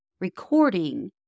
recording